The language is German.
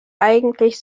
eigentlich